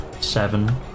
Seven